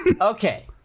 Okay